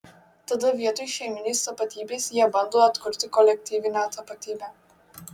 tada vietoj šeiminės tapatybės jie bando atkurti kolektyvinę tapatybę